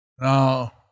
Now